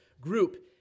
group